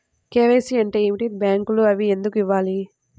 KYC అంటే ఏమిటి? బ్యాంకులో అవి ఎందుకు ఇవ్వాలి?